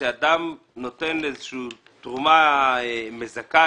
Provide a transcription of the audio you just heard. כאשר אדם נותן איזושהי תרומה מזכה,